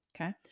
Okay